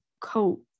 coat